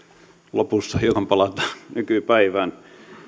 lopussa hiukan palataan nykypäivään